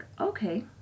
okay